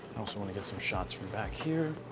also want to get some shots from back here,